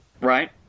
right